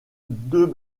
deux